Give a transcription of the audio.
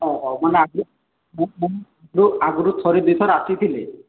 ହଉ ହଉ ମାନେ ଆଗରୁ ଥରେ ଦୁଇଥର ଆସିଥିଲେ